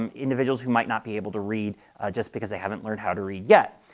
um individuals who might not be able to read just because they haven't learned how to read yet.